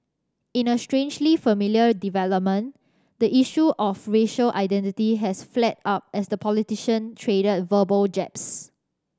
in a strangely familiar development the issue of racial identity has flared up as the politician traded verbal jabs